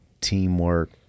teamwork